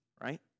right